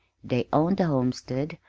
they owned the homestead,